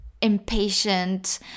impatient